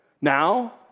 Now